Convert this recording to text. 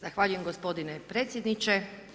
Zahvaljujem gospodine predsjedniče.